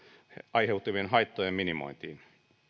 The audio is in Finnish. aiheutu vien haittojen minimointiin